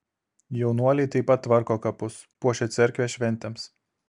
jaunuoliai taip pat tvarko kapus puošia cerkvę šventėms